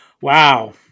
Wow